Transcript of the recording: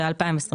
וב-2024.